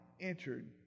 entered